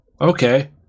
Okay